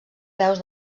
veus